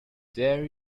there